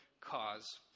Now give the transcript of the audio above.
cause